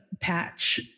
patch